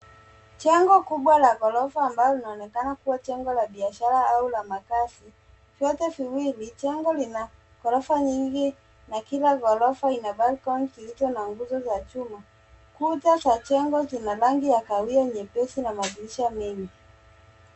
Jengo kubwa la gorofa ambalo linaonekana kuwa jengo la biashara au makazi. Vyote viwili jengo lina gorofa nyingi na kila gorofa ina balcony zilizo na nguzo za chuma. Kuta za jengo zina rangi ya kahawia nyepesi na madirisha mengi.